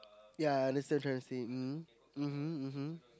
yeah I understand what you are tyring to say mm mmhmm mmhmm